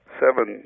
seven